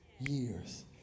years